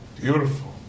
beautiful